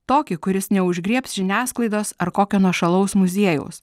tokį kuris neužgriebs žiniasklaidos ar kokio nuošalaus muziejaus